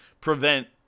prevent